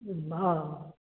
बा